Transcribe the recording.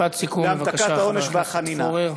משפט סיכום, בבקשה, חבר הכנסת פורר.